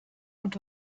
und